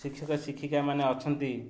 ଶିକ୍ଷକ ଶିକ୍ଷିକାମାନେ ଅଛନ୍ତି